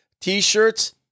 T-shirts